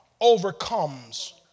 overcomes